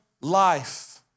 life